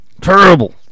Terrible